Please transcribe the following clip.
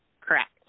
Correct